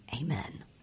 Amen